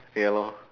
ya lor